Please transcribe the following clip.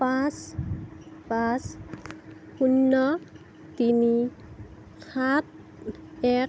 পাঁচ পাঁচ শূন্য তিনি সাত এক